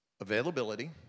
availability